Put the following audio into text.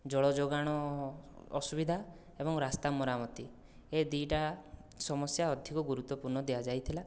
ଜଳଯୋଗାଣ ଅସୁବିଧା ଏବଂ ରାସ୍ତା ମରାମତି ଏ ଦୁଇଟା ସମସ୍ୟା ଅଧିକ ଗୁରୁତ୍ୱପୂର୍ଣ୍ଣ ଦିଆଯାଇଥିଲା